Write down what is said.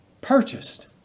Purchased